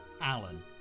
Alan